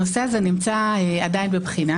הנושא הזה נמצא עדיין בבחינה,